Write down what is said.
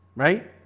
right,